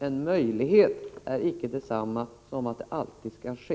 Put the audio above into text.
En möjlighet är icke detsamma som att det alltid skall ske.